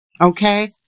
Okay